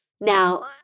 Now